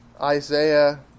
Isaiah